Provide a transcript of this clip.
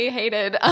hated